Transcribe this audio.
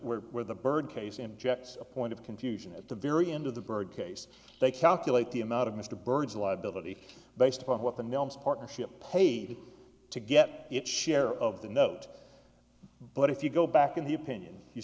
where the bird case injects a point of confusion at the very end of the bird case they calculate the amount of mr bird's liability based upon what the milnes partnership paid to get its share of the note but if you go back in the opinion you